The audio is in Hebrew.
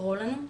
לקרוא לנו.